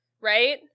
right